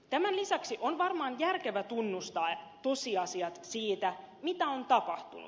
tämän lisäksi on varmaan järkevä tunnistaa tosiasiat siitä mitä on tapahtunut